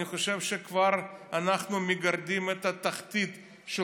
אני חושב שכבר אנחנו מגרדים את התחתית של